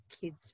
kids